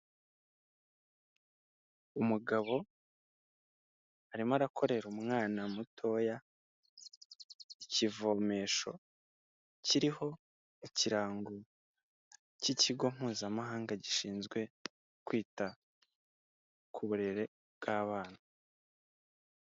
Umugabo arimo arakorera umwana mutoya ikivomesho, kiriho ikirango cy'ikigo mpuzamahanga gishinzwe kwita ku burere bw'abana.